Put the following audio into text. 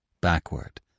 backward